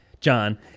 John